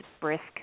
brisk